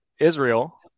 Israel